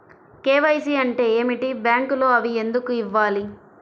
KYC అంటే ఏమిటి? బ్యాంకులో అవి ఎందుకు ఇవ్వాలి?